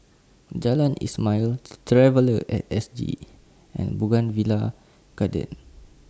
Jalan Ismail Traveller At S G and Bougainvillea Garden